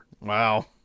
wow